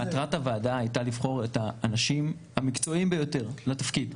מטרת הוועדה היתה לבחור את האנשים המקצועיים ביותר לתפקיד.